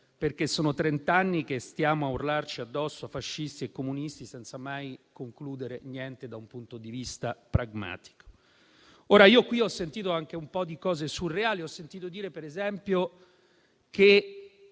perché sono trent'anni che stiamo a urlarci addosso «fascisti» e «comunisti», senza mai concludere niente, da un punto di vista pragmatico. Qui ho sentito anche un po' di cose surreali, come ad esempio che